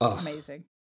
amazing